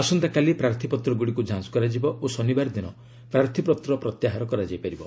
ଆସନ୍ତାକାଲି ପ୍ରାର୍ଥୀପତ୍ରଗୁଡ଼ିକୁ ଯାଞ୍ଚ କରାଯିବ ଓ ଶନିବାର ଦିନ ପ୍ରାର୍ଥୀପତ୍ର ପ୍ରତ୍ୟାହାର କରାଯାଇପାରିବ